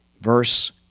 verse